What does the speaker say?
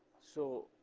so,